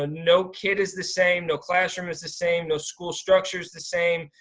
ah no kid is the same, no classroom is the same, no school structure's the same.